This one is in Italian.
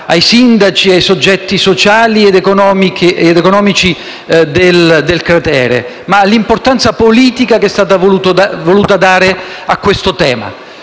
ai sindaci e ai soggetti sociali ed economici del cratere, ma dell'importanza politica che si è voluto dare a questo tema.